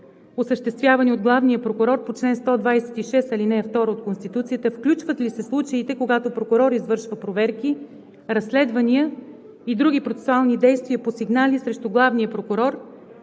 осъществявани от главния прокурор по чл. 126, ал. 2 от Конституцията, включват ли се случаите, когато прокурор извършва проверки, разследвания и други процесуални действия по сигнали срещу главния прокурор,